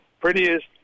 prettiest